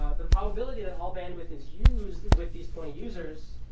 the probability that all bandwidth is used with these twenty users